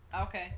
Okay